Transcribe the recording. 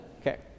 Okay